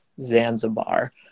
Zanzibar